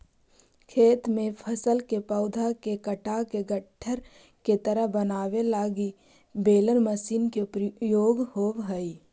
खेत में फसल के पौधा के काटके गट्ठर के तरह बनावे लगी बेलर मशीन के उपयोग होवऽ हई